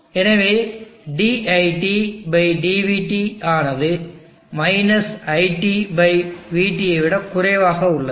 எனவே ditdvt ஆனது - iTvT விட குறைவாக உள்ளது